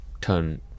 turn